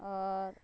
आओर